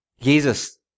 Jesus